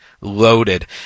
loaded